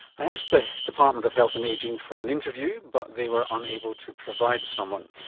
i asked the department of health and ageing for an interview but they were unable to provide someone.